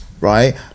right